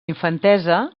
infantesa